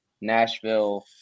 Nashville